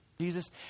Jesus